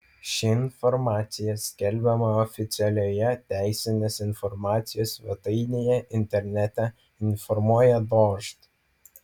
ši informacija skelbiama oficialioje teisinės informacijos svetainėje internete informuoja dožd